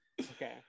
okay